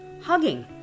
Hugging